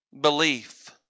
belief